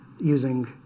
using